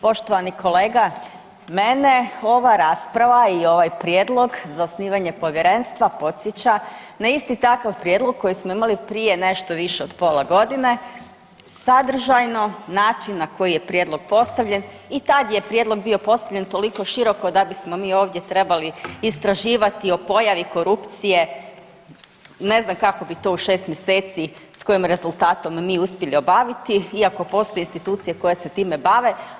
Poštovani kolega, mene ova rasprava i ovaj prijedlog za osnivanje povjerenstva podsjeća na isti takav prijedlog koji smo imali prije nešto više od pola godine, sadržajno, način na koji je prijedlog postavljen i tad je prijedlog bio postavljen toliko široko da bismo mi ovdje trebali istraživati o pojavi korupcije, ne znam kako bi to u 6 mjeseci, s kojim rezultatom mi uspjeli obaviti iako postoje institucije koje se time bave.